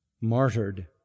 martyred